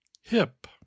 Hip